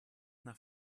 nach